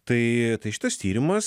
tai tai šitas tyrimas